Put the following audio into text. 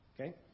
Okay